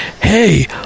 hey